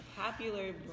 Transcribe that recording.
popular